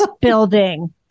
building